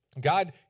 God